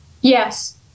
Yes